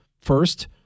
First